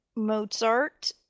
Mozart